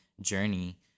journey